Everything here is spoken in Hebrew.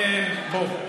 בוא.